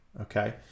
okay